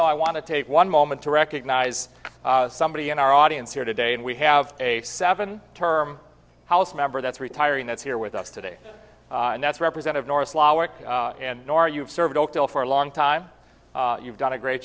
though i want to take one moment to recognize somebody in our audience here today and we have a seven term house member that's retiring that's here with us today and that's represent of north florida and your you've served oakdale for a long time you've done a great